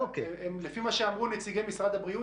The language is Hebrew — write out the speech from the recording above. לפי מה שאמרו נציגי משרד הבריאות,